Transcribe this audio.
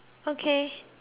okay